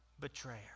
betrayer